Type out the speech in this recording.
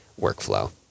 workflow